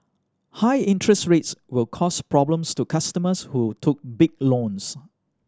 high interest rates will cause problems to customers who took big loans